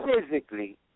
physically